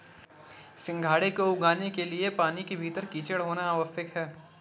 सिंघाड़े को उगाने के लिए पानी के भीतर कीचड़ होना आवश्यक है